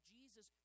Jesus